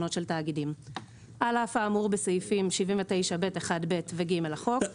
וחשבונות של תאגידים.על אף האמור בסעיפים 79(ב)(1)(ב) ו-(ג) לחוק,